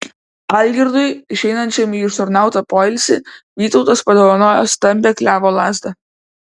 algirdui išeinančiam į užtarnautą poilsį vytautas padovanojo stambią klevo lazdą